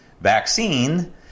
vaccine